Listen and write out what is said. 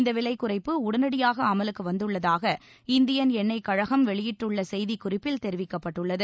இந்த விலை குறைப்பு உடனடியாக அமலுக்கு வந்துள்ளதாக இந்திய எண்ணெய் கழகம் வெளியிட்டுள்ள செய்திக் குறிப்பில் தெரிவிக்கப்பட்டுள்ளது